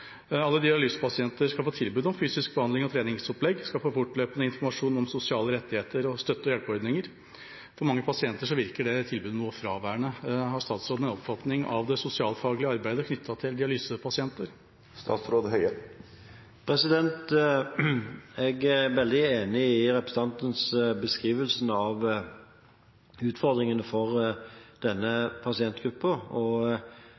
Alle dialysepasienter skal få tilbud om fysisk behandling og treningsopplegg og få fortløpende informasjon om sosiale rettigheter og støtte- og hjelpeordninger. For mange pasienter virker det tilbudet noe fraværende. Har statsråden en oppfatning av det sosialfaglige arbeidet knyttet til dialysepasienter? Jeg er veldig enig i representantens beskrivelse av utfordringene for denne